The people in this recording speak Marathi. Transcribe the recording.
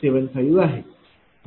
75 आहे